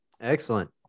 Excellent